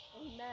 Amen